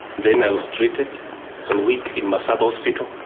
then i was treated one week in masaba hospital,